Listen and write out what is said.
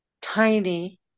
Tiny